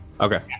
Okay